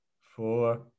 four